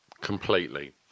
Completely